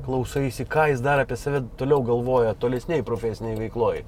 klausaisi ką jis dar apie save toliau galvoja tolesnėj profesinėj veikloj